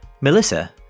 Melissa